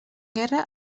guerra